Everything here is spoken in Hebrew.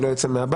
שלא ייצא מהבית,